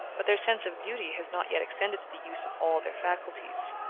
but their sense of duty has not yet extended to the use of all their faculties.